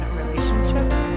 relationships